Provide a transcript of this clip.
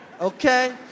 Okay